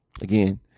Again